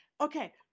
Okay